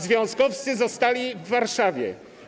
Związkowcy zostali w Warszawie.